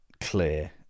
clear